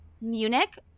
Munich